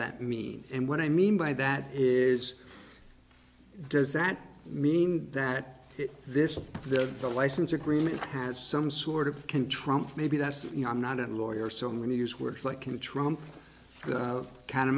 that mean and what i mean by that is does that mean that this that the license agreement has some sort of can trump maybe that's you know i'm not a lawyer so i'm going to use words like can trump